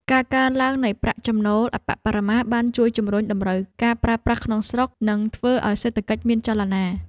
ការកើនឡើងនៃប្រាក់ចំណូលអប្បបរមាបានជួយជំរុញតម្រូវការប្រើប្រាស់ក្នុងស្រុក និងធ្វើឱ្យសេដ្ឋកិច្ចមានចលនា។